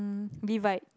divide